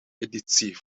editie